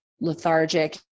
lethargic